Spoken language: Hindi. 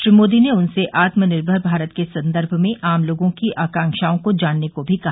श्री मोदी ने उनसे आत्मनिर्भर भारत के संदर्भ में आम लोगों की आकक्षाओं को जानने को भी कहा